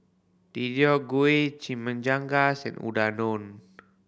Deodeok Gui Chimichangas and Unadon